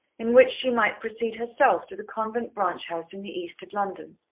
in which she might proceed herself to the convent branch-house in the east of london.